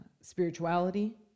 spirituality